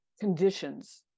conditions